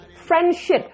friendship